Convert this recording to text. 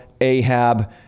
Ahab